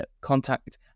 contact